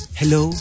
hello